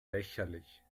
lächerlich